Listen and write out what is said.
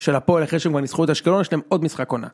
של הפועל אחרי שהם כבר ניצחו את אשקלון, יש להם עוד משחק עונה.